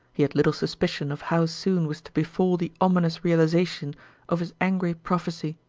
he had little suspicion of how soon was to befall the ominous realization of his angry prophecy.